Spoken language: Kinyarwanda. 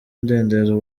umudendezo